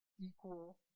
equal